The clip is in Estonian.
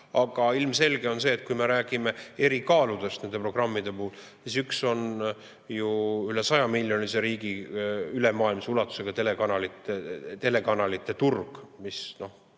aga ilmselge on see, et me räägime eri kaaludest nende programmide puhul. Üks on ju üle sajamiljonilise riigi ülemaailmse ulatusega telekanalite turg.